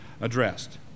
addressed